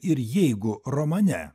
ir jeigu romane